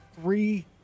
three